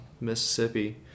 Mississippi